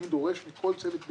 אני דורש מכל צוות ביקורת,